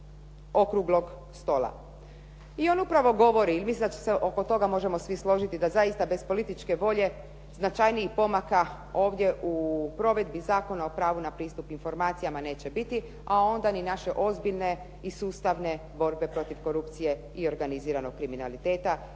I on upravo govori i mislim da se oko toga možemo svi složiti da zaista bez političke volje značajnijih pomaka ovdje u provedbi Zakona o pravu na pristup informacijama neće biti, a onda ni naše ozbiljne i sustavne borbe protiv korupcije i organiziranog kriminaliteta